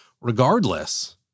Regardless